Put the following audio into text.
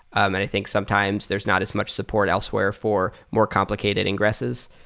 and i think sometimes there's not as much support elsewhere for more complicated ingresses.